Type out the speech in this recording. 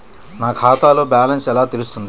నా ఖాతాలో బ్యాలెన్స్ ఎలా తెలుస్తుంది?